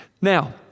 Now